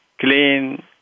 clean